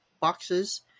boxes